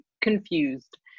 confused